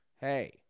Hey